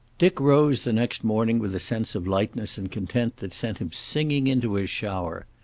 dick rose the next morning with a sense of lightness and content that sent him singing into his shower.